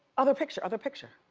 other picture, other picture.